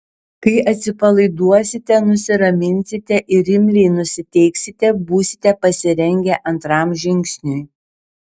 kai atsipalaiduosite nusiraminsite ir imliai nusiteiksite būsite pasirengę antram žingsniui